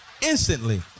instantly